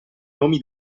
nomi